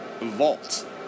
vault